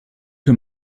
que